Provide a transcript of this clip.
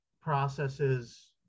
processes